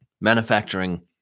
Manufacturing